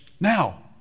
now